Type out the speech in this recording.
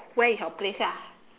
where is your place lah